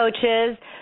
coaches